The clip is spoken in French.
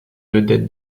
vedette